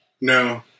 No